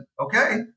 okay